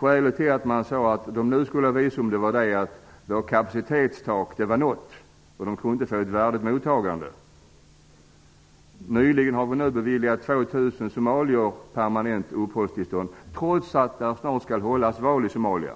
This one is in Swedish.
Skälet till att man sade att de skulle ha visum var att kapacitetstaket var nått: De kunde inte få ett värdigt mottagande. Nyligen har vi beviljat 2 000 somalier permanent uppehållstillstånd, trots att val snart skall hållas i Somalia